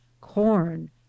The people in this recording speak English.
corn